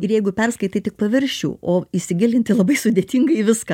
ir jeigu perskaitai tik paviršių o įsigilinti labai sudėtinga į viską